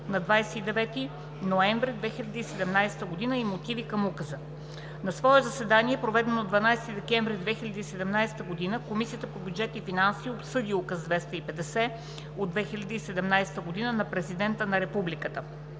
на 29 ноември 2017 г., и мотивите към указа На свое заседание, проведено на 12 декември 2017 г., Комисията по бюджет и финанси обсъди Указ № 250 от 2017 г. на Президента на Република